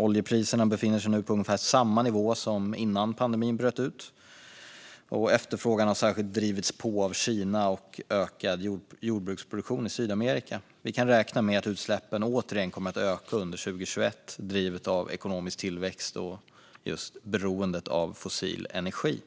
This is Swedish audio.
Oljepriserna befinner sig nu på ungefär samma prisnivå som innan pandemin bröt ut, och efterfrågan har särskilt drivits på av Kina och ökad jordbruksproduktion i Sydamerika. Vi kan räkna med att utsläppen återigen kommer att öka under 2021 drivet av ekonomisk tillväxt och beroendet av fossil energi.